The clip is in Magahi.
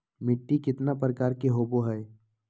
मिट्टी केतना प्रकार के होबो हाय?